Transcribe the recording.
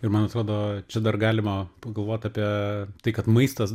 ir man atrodo čia dar galima pagalvot apie tai kad maistas